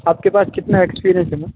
आपके पास कितना एक्सपिरियन्स है मैम